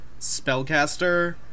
spellcaster